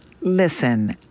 Listen